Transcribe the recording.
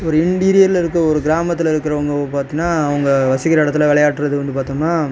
ஒரு இன்டிரியரில் இருக்கற ஒரு கிராமத்தில் இருக்கிறவங்க பார்த்திங்கனா அவங்க வசிக்கிற எடத்தில் விளையாடுகிறது வந்து பார்த்தோம்னா